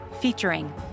featuring